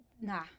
nah